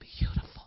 beautiful